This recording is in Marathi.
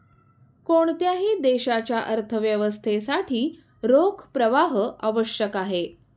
कोणत्याही देशाच्या अर्थव्यवस्थेसाठी रोख प्रवाह आवश्यक आहे